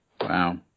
Wow